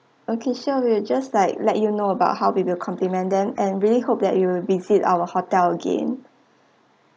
okay sure we will just like let you know about how we will compliment them and really hope that you will visit our hotel again